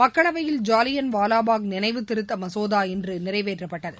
மக்களவையில் ஜாலியன் வாலாபாக் நினைவு திருத்த மசோதா இன்று நிறைவேற்றப்பட்டது